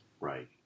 Right